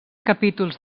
capítols